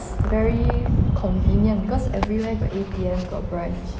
very convenient because everywhere got A_T_M got branch